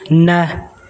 न